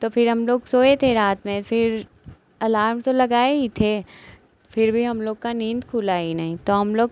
तो फिर हम लोग सोए थे रात में फिर अलार्म तो लगाए ही थे फिर भी हम लोग का नींद खुली ही नहीं तो हम लोग